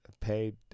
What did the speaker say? paid